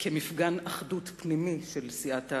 כמפגן אחדות פנימי של סיעת העבודה.